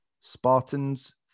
Spartans